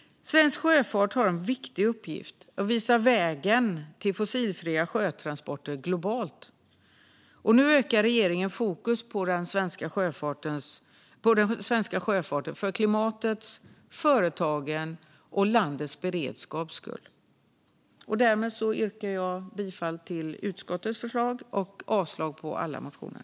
Svensk sjöfart har en viktig uppgift i att visa vägen till fossilfria sjötransporter globalt. Nu ökar regeringen fokus på den svenska sjöfarten för klimatets, företagens och landets beredskaps skull. Därmed yrkar jag bifall till utskottets förslag och avslag på alla motioner.